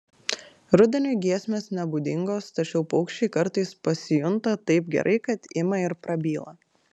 rudeniui giesmės nebūdingos tačiau paukščiai kartais pasijunta taip gerai kad ima ir prabyla